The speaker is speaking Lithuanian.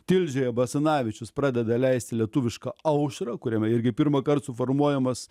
tilžėje basanavičius pradeda leisti lietuvišką aušrą kuriame irgi pirmąkart suformuojamas